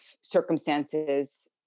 circumstances